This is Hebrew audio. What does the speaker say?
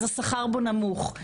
אז השכר בו נמוך.